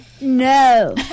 No